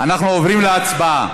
אנחנו עוברים להצבעה.